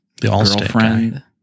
girlfriend